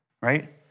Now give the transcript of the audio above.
right